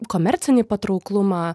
komercinį patrauklumą